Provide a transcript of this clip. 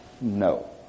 No